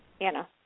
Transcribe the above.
Anna